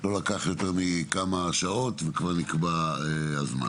לא לקח יותר מכמה שעות, וכבר נקבע הזמן.